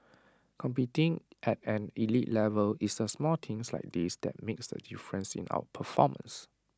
competing at an elite level it's A small things like this that makes the difference in our performance